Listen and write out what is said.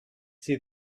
see